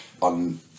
on